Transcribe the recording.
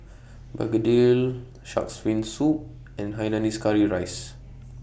Begedil Shark's Fin Soup and Hainanese Curry Rice